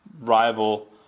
rival